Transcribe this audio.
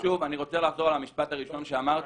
אני רוצה לחזור על המשפט הראשון שאמרתי.